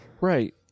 Right